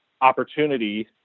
opportunity